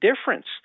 difference